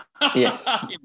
yes